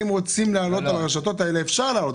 אם רוצים לעלות על הרשתות האלו אפשר לעלות,